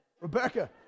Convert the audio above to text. Rebecca